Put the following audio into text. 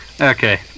Okay